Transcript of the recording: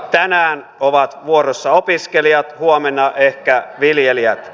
tänään ovat vuorossa opiskelijat huomenna ehkä viljelijät